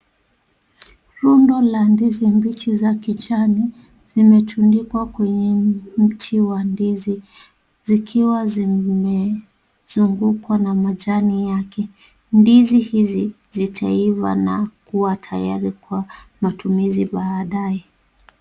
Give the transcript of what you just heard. Gundo la ndizi mbichi za kijani zimetundikwa kwenye mti wa ndizi zikiwa zimezungukwa na majani yake. Ndizi hizi zitaiva na kuwa tayari kwa matumizi baadae